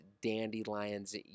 dandelions